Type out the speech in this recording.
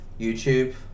YouTube